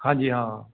ਹਾਂਜੀ ਹਾਂ